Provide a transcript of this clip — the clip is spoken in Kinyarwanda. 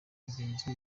mugenzi